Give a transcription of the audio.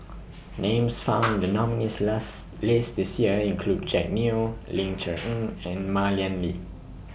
Names found in The nominees' last list This Year include Jack Neo Ling Cher Eng and Mah Lian Li